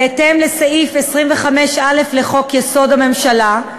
בהתאם לסעיף 25(א) לחוק-יסוד: הממשלה,